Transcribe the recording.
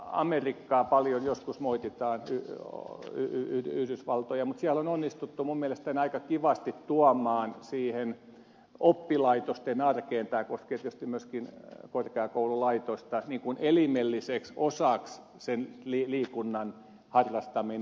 amerikkaa joskus paljon moititaan yhdysvaltoja mutta siellä on onnistuttu minun mielestäni aika kivasti tuomaan siihen oppilaitosten arkeen tämä koskee tietysti myöskin korkeakoululaitosta niin kuin elimelliseksi osaksi liikunnan harrastaminen